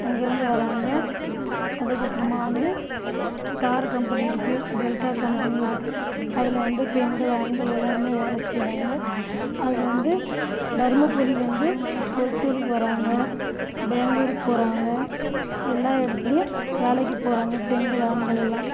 அங்கே இருந்து வராங்க அதுக்கப்பறமாக வந்து கார் கம்பெனி இருக்கு டெல்டா கம்பெனி இருக்கு அதில் வந்து பெண்கள் ஆண்கள் எல்லாருமே வேலை செய்யறாங்க அங்கே வந்து தர்மபுரியில இருந்து ஒசூருக்கு வராங்க பெங்களூருக்கு போகறாங்க எல்லா இடத்துலையும் வேலைக்கு போகறாங்க பெண்கள் ஆண்கள் எல்லாம்